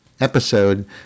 episode